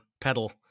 Pedal